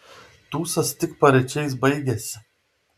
tūsas tik paryčiais baigėsi